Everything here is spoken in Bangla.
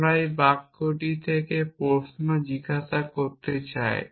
আমরা এই বাক্যটি থেকে প্রশ্ন জিজ্ঞাসা করতে চাই